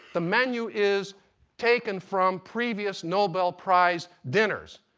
the menu is taken from previous nobel prize dinners.